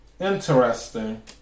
Interesting